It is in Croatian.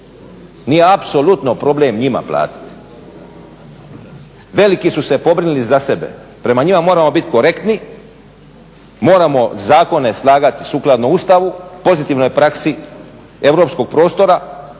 Nije apsolutno problem njima platiti. Veliki su se pobrinuli za sebe. Prema njima moramo biti korektni, moramo zakone slagati sukladno Ustavu, pozitivnoj praksi europskog prostora